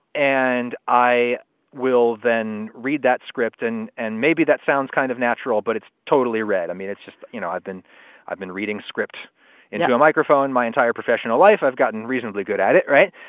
and i will then read that script and and maybe that sounds kind of natural, but it's totally red. i mean, it's just, you know, i've been i've been reading scripts into a microphone my entire professional life. i've gotten reasonably good at it. right.